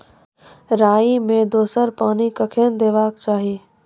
राई मे दोसर पानी कखेन देबा के चाहि?